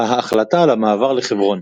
ההחלטה על המעבר לחברון